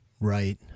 Right